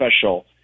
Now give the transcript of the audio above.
special